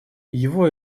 его